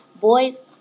boys